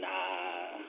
Nah